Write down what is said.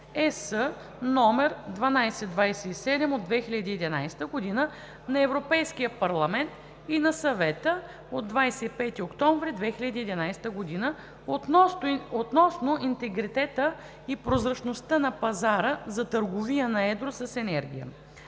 (ЕС) № 1227/2011 на Европейския парламент и на Съвета от 25 октомври 2011 г. относно интегритета и прозрачността на пазара за търговия на едро с енергия.